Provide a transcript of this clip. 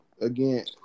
again